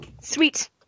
Sweet